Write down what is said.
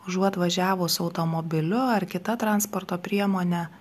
užuot važiavus automobiliu ar kita transporto priemone